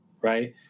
right